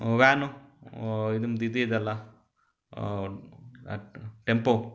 van ನಿಮ್ದು ಇದಿದೆಯಲ್ಲ tempo